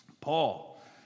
Paul